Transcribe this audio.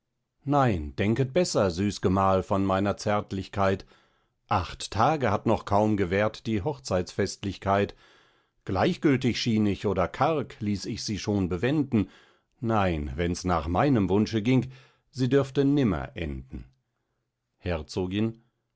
nein denket beßer süß gemahl von meiner zärtlichkeit acht tage hat noch kaum gewährt die hochzeitfestlichkeit gleichgültig schien ich oder karg ließ ich sie schon bewenden nein wenns nach meinem wunsche gieng sie dürfte nimmer enden herzogin